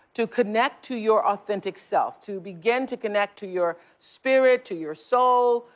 to connect to your authentic self, to begin to connect to your spirit, to your soul,